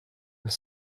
with